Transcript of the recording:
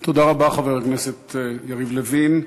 תודה רבה, חבר הכנסת יריב לוין.